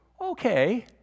okay